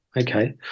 okay